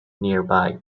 nearby